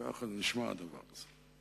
ככה זה נשמע, הדבר הזה.